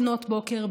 לפנות בוקר,